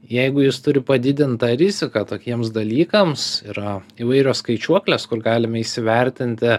jeigu jis turi padidintą riziką tokiems dalykams yra įvairios skaičiuoklės kur galime įsivertinti